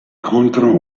contano